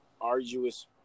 arduous